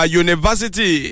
university